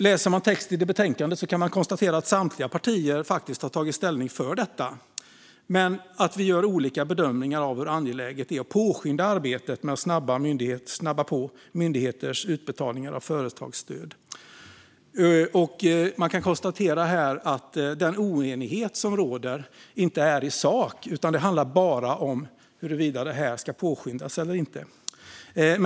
Läser man texten i betänkandet kan man konstatera att samtliga partier faktiskt har tagit ställning för detta men att vi gör olika bedömningar av hur angeläget det är att påskynda arbetet med att snabba på myndigheters utbetalningar av företagsstöd. Man kan konstatera att den oenighet som råder inte är en oenighet i sak utan bara handlar om huruvida detta ska påskyndas eller inte.